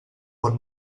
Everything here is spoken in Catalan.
pot